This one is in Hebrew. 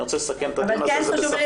אני רוצה לסכם את הדיון הזה --- כן חשוב לי